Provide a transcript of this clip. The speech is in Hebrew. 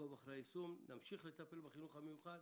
נעקוב אחר היישום, נמשיך לטפל בחינוך המיוחד.